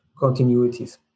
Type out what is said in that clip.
continuities